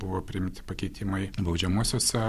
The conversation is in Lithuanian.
buvo priimti pakeitimai baudžiamuosiuose